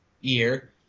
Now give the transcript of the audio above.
year